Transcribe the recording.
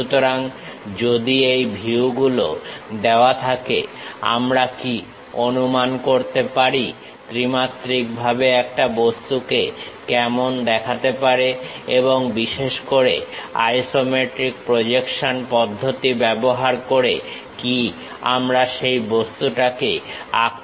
সুতরাং যদি এই ভিউগুলো দেওয়া থাকে আমরা কি অনুমান করতে পারি ত্রিমাত্রিক ভাবে একটা বস্তুকে কেমন দেখাতে পারে এবং বিশেষ করে আইসোমেট্রিক প্রজেকশন পদ্ধতি ব্যবহার করে কি আমরা সেই বস্তুটাকে আঁকতে পারি